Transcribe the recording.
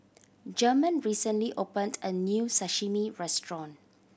German recently opened a new Sashimi Restaurant